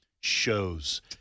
shows